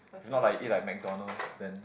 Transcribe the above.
if not like you eat like MacDonald's then